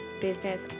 business